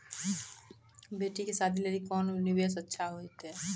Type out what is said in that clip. बेटी के शादी लेली कोंन निवेश अच्छा होइतै?